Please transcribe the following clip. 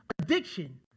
addiction